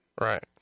right